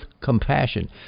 compassion